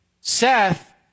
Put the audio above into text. Seth